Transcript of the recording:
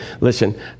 Listen